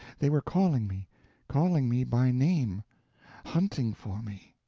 they were calling me calling me by name hunting for me!